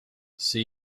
see